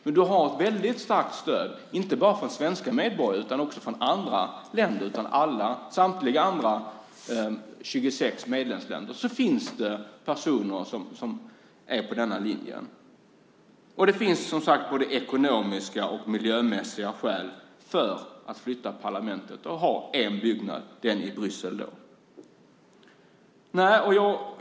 Men du har ett väldigt starkt stöd inte bara från svenska medborgare utan också från andra länder. I samtliga 26 medlemsländer finns det personer som är på denna linje. Det finns både ekonomiska och miljömässiga skäl för att flytta parlamentet och ha en byggnad, och då den i Bryssel.